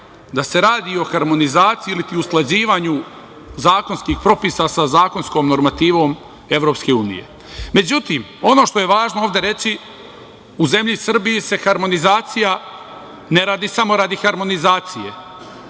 da se radi o harmonizaciji ili ti usklađivanju zakonskih propisa sa zakonskom normativom EU. Međutim, ono što je važno ovde reći u zemlji Srbije se harmonizacija ne radi samo radi harmonizacije